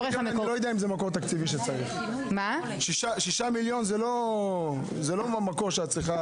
אני לא יודע אם שיש מיליון שקל זה המקור התקציבי שצריך.